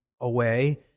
away